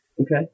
Okay